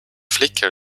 flickr